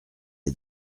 est